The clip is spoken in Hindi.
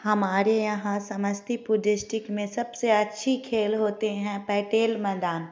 हमारे यहाँ समस्तीपुर डिस्ट्रिक्ट में सबसे अच्छी खेल होते हैं पटेल मैदान